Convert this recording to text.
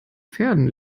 pferden